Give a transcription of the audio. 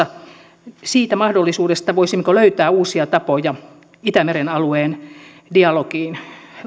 muun muassa siitä mahdollisuudesta voisimmeko löytää uusia tapoja itämeren alueen dialogiin